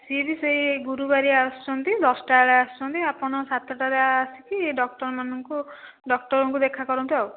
ସିଏ ବି ସେଇ ଗୁରୁବାରିଆ ଆସୁଛନ୍ତି ଦଶଟା ବେଳେ ଆସୁଛନ୍ତି ଆପଣ ସାତଟା ବେଳେ ଆସିକି ଡକ୍ଟରମାନଙ୍କୁ ଡକ୍ଟରଙ୍କୁ ଦେଖା କରନ୍ତୁ ଆଉ